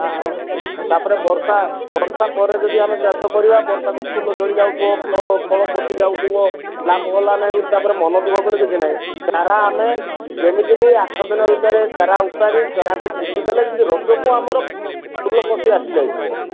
ଆଉ ତାପରେ ବର୍ଷା ବର୍ଷା ପରେ ଯଦି ଆମେ ଚାଷ କରିବା ବର୍ଷା କୁ ଫୁଲ ଝଡ଼ି ଯାଉଥିବ ଫଳ ପଚି ଯାଉଥିବ ଲାଭ ହେଲାନାଇ ବୋଲି ତାପରେ ମନଦୁଃଖ କଲେ କିଛି ନାହିଁ ଚାରା ଆମେ ଯେମିତିକି ଆଠ ଦିନ ଭିତରେ ଚାରା ଉତାରି ଚାରା ପୁତିଦେଲେ ଯେମିତି ରଜ କୁ ଆମର ଫୁଲ କଷି ଆସିଯାଇଥିବ